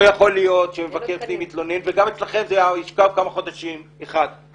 לא יכול להיות שמבקר פנים יתלונן וגם אצלכם זה ישכב כמה חודשים או